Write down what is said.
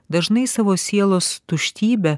dažnai savo sielos tuštybe